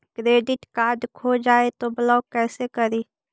Credit card खो जाए तो ब्लॉक कैसे करी?